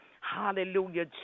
Hallelujah